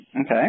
okay